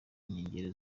inkengero